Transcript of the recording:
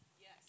Yes